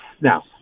Now